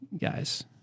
Guys